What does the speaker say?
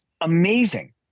amazing